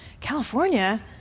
California